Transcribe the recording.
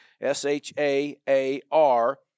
S-H-A-A-R